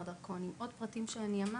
דרכון אלא גם באמצעות הפרטים הנוספים שאמרתי.